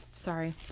sorry